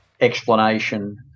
explanation